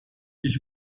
ich